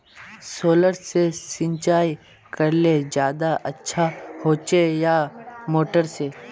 Solar से सिंचाई करले ज्यादा अच्छा होचे या मोटर से?